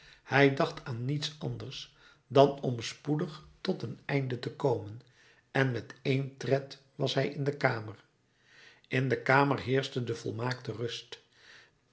hij dacht aan niets anders dan om spoedig tot een einde te komen en met één tred was hij in de kamer in de kamer heerschte de volmaaktste rust